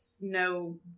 no